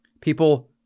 People